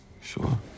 Sure